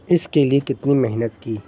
اس کے لیے کتنی محنت کی